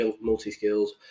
multi-skills